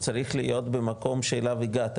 צריך להיות במקום שאליו הגעת,